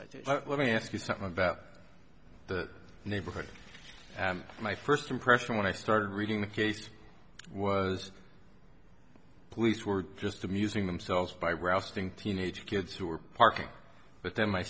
but let me ask you something about the neighborhood my first impression when i started reading the case was police were just amusing themselves by rousting teenage kids who were parking but then my